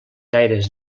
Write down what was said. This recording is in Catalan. gaires